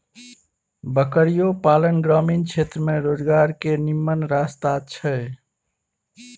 बकरियो पालन ग्रामीण क्षेत्र में रोजगार के निम्मन रस्ता छइ